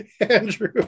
Andrew